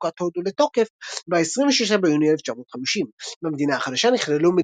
חוקת הודו לתוקף ב-26 ביוני 1950. במדינה החדשה נכללו